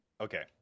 Okay